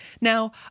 Now